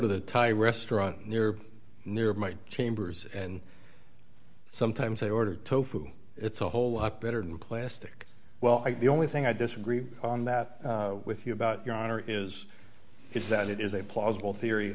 to the thai restaurant near near my chambers and sometimes i order tofu it's a whole lot better than plastic well i only thing i disagree on that with you about your honor is is that it is a plausible theory